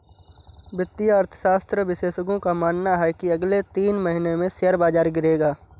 वित्तीय अर्थशास्त्र विशेषज्ञों का मानना है की अगले तीन महीने में शेयर बाजार गिरेगा